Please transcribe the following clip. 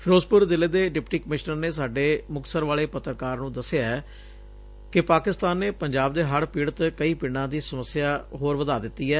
ਫ਼ਿਰੋਜ਼ਪੁਰ ਜ਼ਿਲ੍ਹੇ ਦੇ deputy commissioner ਨੇ ਸਾਡੇ ਮੁਕਤਸਰ ਵਾਲੇ ਪੱਤਰਕਾਰ ਨੂੰ ਦੱਸਿਐ ਕਿ ਪਾਕਿਸਤਾਨ ਨੇ ਪੰਜਾਬ ਦੇ ਹੜ ਪੀੜਤ ਕਈ ਪਿੰਡਾਂ ਦੀ ਸਮੱਸਿਆ ਹੋਰ ਵਧਾ ਦਿੱਤੀ ਐ